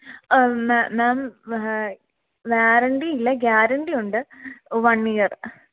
മാം warranty ഇല്ല guarantee ഉണ്ട് one year